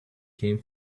came